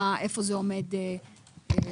איפה זה עומד עכשיו?